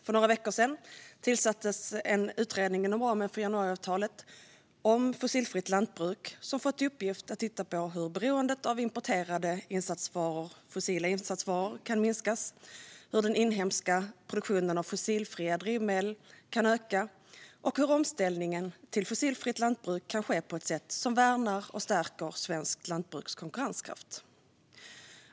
För några veckor sedan tillsattes inom ramen för januariavtalet en utredning om fossilfritt lantbruk, som fått i uppgift att titta på hur beroendet av importerade fossila insatsvaror kan minskas, hur den inhemska produktionen av fossilfria drivmedel kan öka och hur omställningen till fossilfritt lantbruk kan ske på ett sätt som värnar och stärker svenskt lantbruks konkurrenskraft.